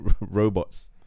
robots